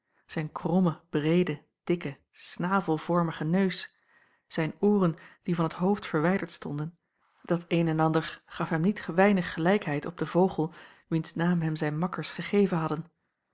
zijn kromme breede dikke snavelvormige neus zijn ooren die van t hoofd verwijderd stonden dat een en ander gaf hem niet weinig gelijkheid op den vogel wiens naam hem zijne makkers gegeven hadden